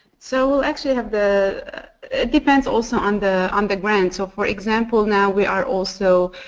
so we'll actually have the it depends also on the on the grant. so for example now we are also,